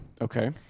Okay